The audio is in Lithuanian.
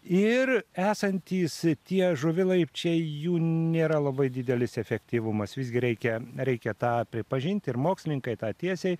ir esantys tie žuvilaipčiai jų nėra labai didelis efektyvumas visgi reikia reikia tą pripažinti ir mokslininkai tą tiesiai